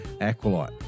Aqualite